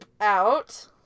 out